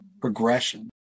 progression